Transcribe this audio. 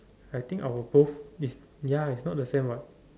I think our both is ya is not the same what